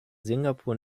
singapur